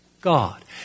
God